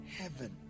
heaven